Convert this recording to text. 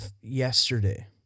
yesterday